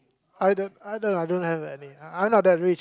I don't I don't have any I'm not that rich